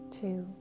two